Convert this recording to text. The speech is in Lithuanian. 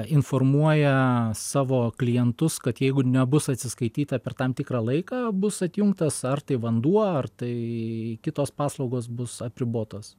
informuoja savo klientus kad jeigu nebus atsiskaityta per tam tikrą laiką bus atjungtas ar tai vanduo ar tai kitos paslaugos bus apribotos